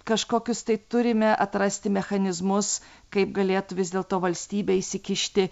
kažkokius tai turime atrasti mechanizmus kaip galėtų vis dėlto valstybė įsikišti